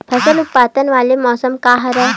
फसल उत्पादन वाले मौसम का हरे?